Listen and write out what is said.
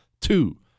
Two